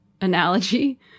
analogy